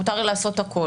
מותר לעשות הכול.